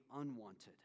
unwanted